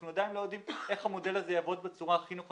אנחנו עדיין לא יודעים איך המודל הזה יעבוד בצורה הכי נכונה.